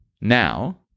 now